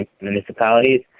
municipalities